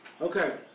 Okay